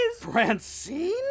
Francine